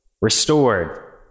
restored